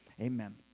amen